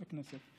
בכנסת,